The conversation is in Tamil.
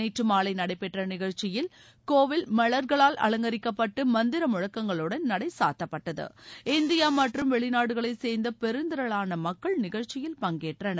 நேற்று மாலை நடைபெற்ற நிகழ்ச்சியில் கோவில் மவர்களால் அலங்கரிக்கப்பட்டு மந்திர முழக்கங்களுடன் நடை சாத்தப்பட்டது இந்தியா மற்றும் வெளிநாடுகளைச்சேர்ந்த பெருந்திரளான மக்கள் நிகழ்ச்சியில் பங்கேற்றனர்